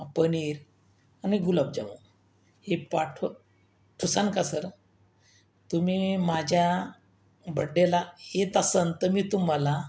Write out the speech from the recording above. पनीर आणि गुलाबजाम हे पाठव ठुसान का सर तुमी माझ्या बड्डेला येत असंन तर मी तुम्हाला